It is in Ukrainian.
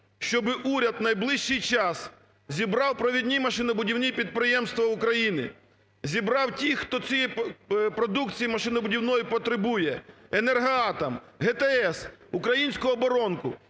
щоб уряд в найближчий час зібрав провідні машинобудівні підприємства України, зібрав тих, хто цієї продукції машинобудівної потребує, "Енергоатом", ГТС, українську оборонку.